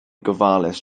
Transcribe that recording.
gofalus